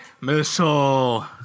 missile